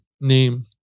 name